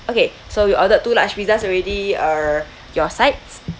okay so you ordered two large pizzas already err your sides